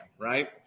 right